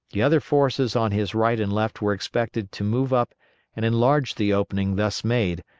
the other forces on his right and left were expected to move up and enlarge the opening thus made,